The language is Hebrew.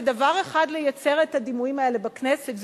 זה דבר אחד לייצר את הדימויים האלה בכנסת,